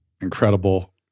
incredible